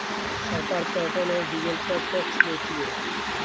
सरकार पेट्रोल और डीजल पर टैक्स लेती है